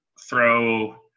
throw